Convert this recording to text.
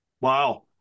Wow